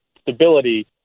stability